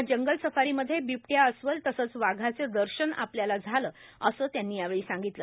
या जंगल safari मध्ये बिबट्या अस्वल तसेच वाघाचे दर्शन आपल्याला झालं असे त्यांनी यावेळी सांगितलं